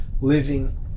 living